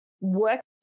work